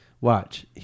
watch